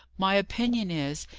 my opinion is,